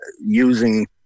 using